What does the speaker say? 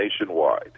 nationwide